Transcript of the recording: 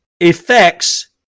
Effects